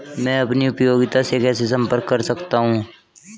मैं अपनी उपयोगिता से कैसे संपर्क कर सकता हूँ?